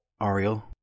Ariel